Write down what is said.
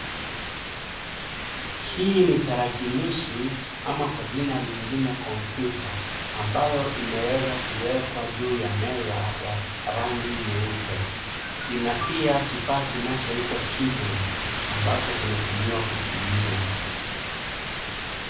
Hii ni tarakilishi ama kwa jina lingine kompyuta ambayo imeweza kuwekwa juu ya meza ya rangi nyeupe, ina pia kifaa kinachoitwa keyboard ambacho kinatumiwa kufinyia.